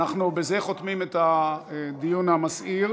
אנחנו בזה חותמים את הדיון המסעיר.